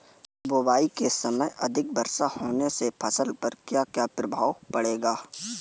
बुआई के समय अधिक वर्षा होने से फसल पर क्या क्या प्रभाव पड़ेगा?